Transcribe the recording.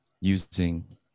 using